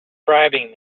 bribing